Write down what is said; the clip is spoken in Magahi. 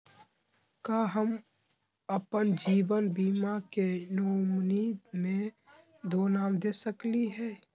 का हम अप्पन जीवन बीमा के नॉमिनी में दो नाम दे सकली हई?